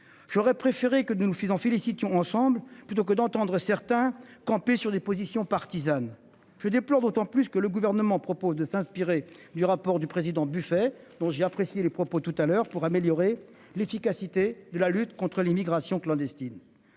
J'aurais préféré que nous nous faisons félicitons ensemble plutôt que d'entendre certains camper sur des positions partisanes. Je déplore d'autant plus que le gouvernement propose de s'inspirer du rapport du président buffet dont j'ai apprécié les propos tout à l'heure pour améliorer l'efficacité de la lutte contre l'immigration clandestine.